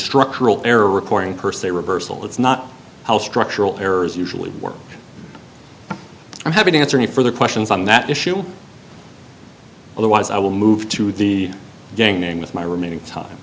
structural error recording per se reversal that's not how structural errors usually work i'm happy to answer any further questions on that issue otherwise i will move to the gang name with my remaining time